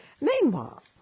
Meanwhile